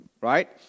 right